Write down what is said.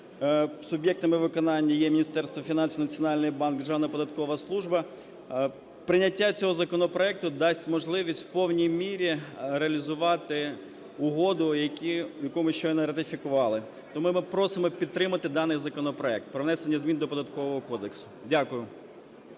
суб'єктами виконання є Міністерство фінансів, Національний банк, Державна податкова служба. Прийняття цього законопроекту дасть можливість в повній мірі реалізувати угоду, яку ми щойно ратифікували. Тому ми просимо підтримати даний законопроект про внесення змін до Податкового кодексу. Дякую.